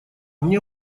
мне